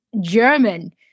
German